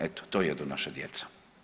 Eto to jedu naša djeca.